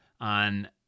on